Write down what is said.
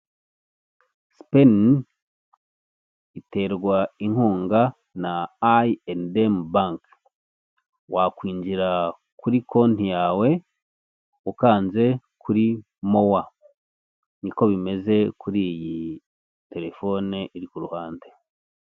sipeni iterwa inkunga na im bank, wakwinjira kuri konti yawe ukanze kuri more. Niko bimeze kuri iyi telefone iri ku ruhande.